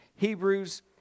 hebrews